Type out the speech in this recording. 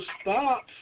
stop